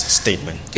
statement